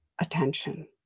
attention